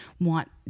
want